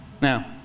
Now